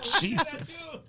Jesus